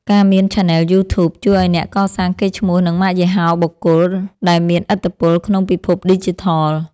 ការមានឆានែលយូធូប ជួយឱ្យអ្នកកសាងកេរ្តិ៍ឈ្មោះ និងម៉ាកយីហោបុគ្គល ដែលមានឥទ្ធិពលក្នុងពិភពឌីជីថល។